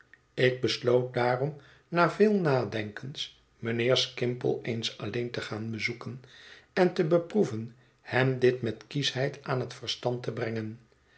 ik besloot daarom na veel nadenkens mijnheer skimple eens alleen te gaan bezoeken en te beproeven hem dit met kieschheid aan het verstand te brengen